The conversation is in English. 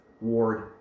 Ward